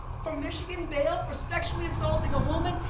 from michigan bail for sexually assaulting a woman,